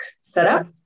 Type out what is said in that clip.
setup